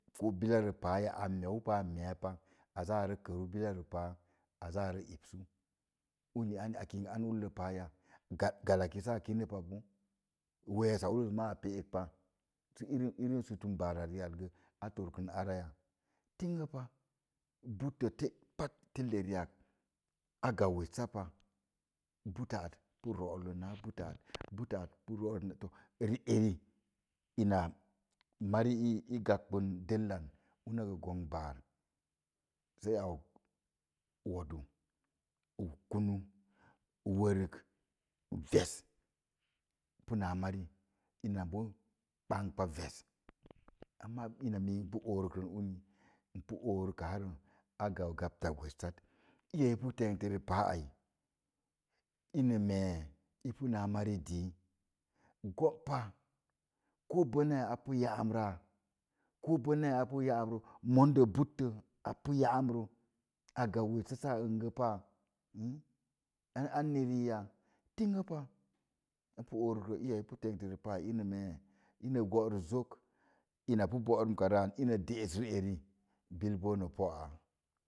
Koo billa rə paa ameu pa ur me'a pa aza a kənu bila rə paa azaa arə ɓəə uni anya a kinik an uche páá ya sa gala ki boo sa kine to wessa lilles bon a kine pa sə irim irim sutum baar eli a torkə oraya buttə tə pat telle riak a jau wassa pa butta at pi ro'ar le na butta at butta pi ro'ar le ri eri eni mari igbəən dellen una gə gom bar sei a og woduu, kunun, wórik res amma ina m- n pa oorik rən uni n pu oorəkaa rə gblata wessat. iya ipii tentə rə paa ai in mee i pu na mari dii go pa koo boneya ko boneya a pi ya'an dəa ko bone ya a pi ya'am də monde buttə a pu ya'am də a əngə asau wessa saa əngə paá n an anni rii ya tigə pa to i pu oorik rə iya i pu tenste rə pa ai ina soris zok ina pi borimka rə an ina deas riari bil boo sə na pó aá.